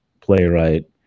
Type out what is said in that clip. playwright